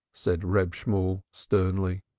said reb shemuel sternly.